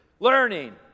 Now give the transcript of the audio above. Learning